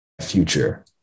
future